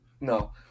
No